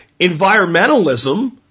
environmentalism